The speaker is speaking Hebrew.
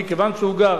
מכיוון שהוא גר,